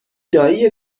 دایی